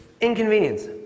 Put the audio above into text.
inconvenience